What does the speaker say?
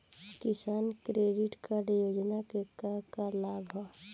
किसान credit card योजना के का का लाभ ह?